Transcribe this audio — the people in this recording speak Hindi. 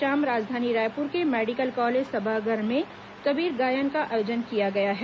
आज शाम राजधानी रायपुर के मेडिकल कॉलेज सभागार में कबीर गायन का आयोजन किया गया है